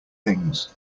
things